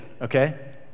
okay